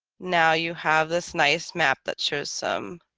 now you have this nice map that shows some